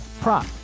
prop